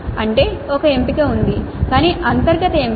అంటే ఒక ఎంపిక ఉంది కానీ అంతర్గత ఎంపిక